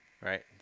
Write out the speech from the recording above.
right